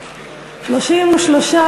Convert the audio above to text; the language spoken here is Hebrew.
מסדר-היום של הכנסת נתקבלה.